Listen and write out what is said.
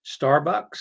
Starbucks